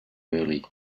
early